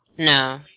No